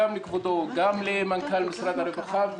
גם לכבודו, גם למנכ"ל משרד הרווחה.